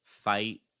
Fight